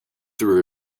through